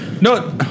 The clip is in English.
No